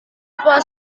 apa